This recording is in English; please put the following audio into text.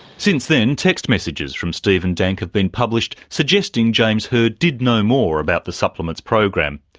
since then text messages from stephen dank have been published suggesting james hird did know more about the supplements program.